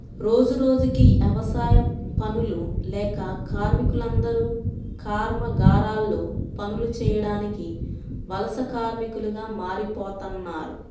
రోజురోజుకీ యవసాయ పనులు లేక కార్మికులందరూ కర్మాగారాల్లో పనులు చేయడానికి వలస కార్మికులుగా మారిపోతన్నారు